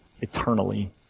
eternally